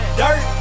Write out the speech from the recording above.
dirt